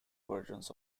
versions